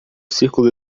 círculo